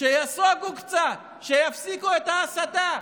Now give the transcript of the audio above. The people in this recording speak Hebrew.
שייסוגו קצת, שיפסיקו את ההסתה,